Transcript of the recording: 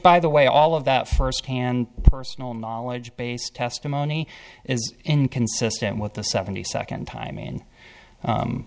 by the way all of that firsthand personal knowledge based testimony is inconsistent with the seventy second time and